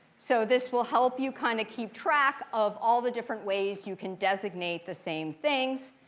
so this will help you kind of keep track of all the different ways you can designate the same things.